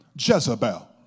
Jezebel